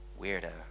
weirdo